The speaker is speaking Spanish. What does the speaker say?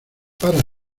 para